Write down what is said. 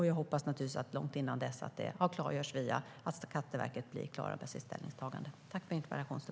Jag hoppas att det långt innan dess har klargjorts genom att Skatteverket blir klart med sitt ställningstagande.